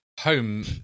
Home